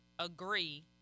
Agree